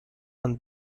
and